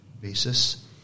basis